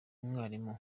umwarimu